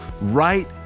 right